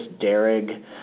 Derrick